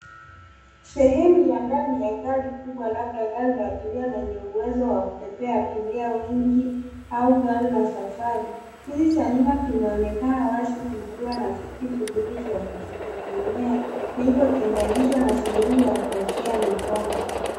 Sehemu ya ndani ya gari kubwa labda gari la abiria lenye uwezo wa kubebea abiria wengi au gari la safari. Kiti cha nyuma kinaonekana wazi kikiwa na viti vizuri vya kujitegemea vilivyotenganishwa na sehemu ya kuwekea mikono.